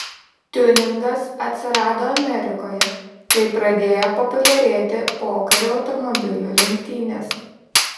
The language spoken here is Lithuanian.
tiuningas atsirado amerikoje kai pradėjo populiarėti pokario automobilių lenktynės